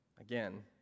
Again